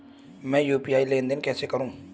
मैं यू.पी.आई लेनदेन कैसे करूँ?